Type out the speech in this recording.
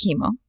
chemo